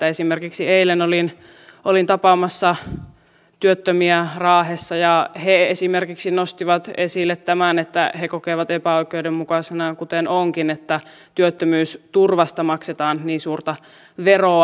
esimerkiksi eilen olin tapaamassa työttömiä raahessa ja he nostivat esille esimerkiksi tämän että he kokevat epäoikeudenmukaisena kuten onkin että työttömyysturvasta maksetaan niin suurta veroa